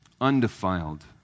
undefiled